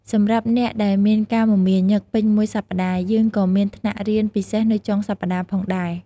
សម្រាប់អ្នកដែលមានការមមាញឹកពេញមួយសប្តាហ៍ យើងក៏មានថ្នាក់រៀនពិសេសនៅចុងសប្តាហ៍ផងដែរ។